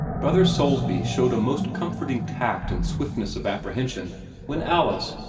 brother soulsby showed a most comforting tact and swiftness of apprehension when alice,